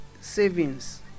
savings